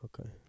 Okay